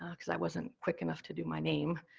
ah cause i wasn't quick enough to do my name,